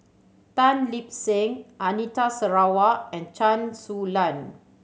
Tan Lip Seng Anita Sarawak and Chen Su Lan